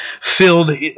filled